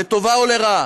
לטובה או לרעה.